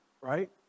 Right